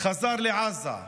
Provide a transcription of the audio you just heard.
חזר לעזה,